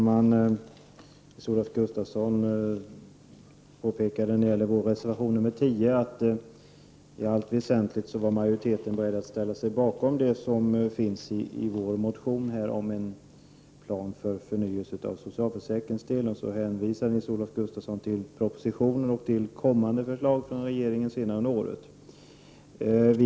Herr talman! När det gäller vår reservation 10 påpekade Nils-Olof Gustafsson att majoriteten i allt väsentligt var beredd att ställa sig bakom förslagen i vår motion om en plan för en förnyelse av socialförsäkringen. Han hänvisade till propositionen och till kommande förslag från regeringen under årets lopp.